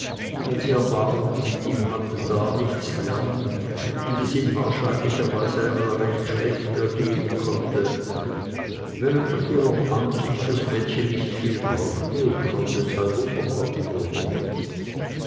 weil sie erbarmen mit ihm hatte da er nichts lernen und es ihm wahrscheinlicherweise einmal recht schlecht ergehen konnte während nach ihrer ansicht das mädchen nicht viel brauchte und schon deshalb unterkommen würde